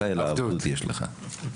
אמרתי לך,